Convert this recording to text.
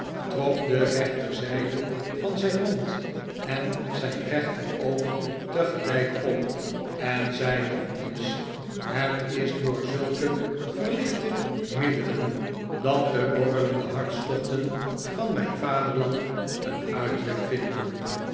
trok de rechterzijde van zijn mond en zijn rechteroog tegelijk op en zei nog eens het is door zulke verlichte middelen de redacteur van het rowdy journal dat de borrelende hartstochten van mijn vaderland een uitweg vinden